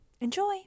Enjoy